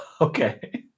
Okay